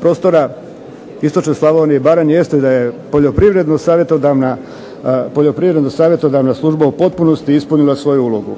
prostora istočne Slavonije i Baranje jeste da je Poljoprivredno savjetodavna služba u potpunosti ispunila svoju ulogu.